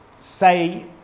say